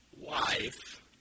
wife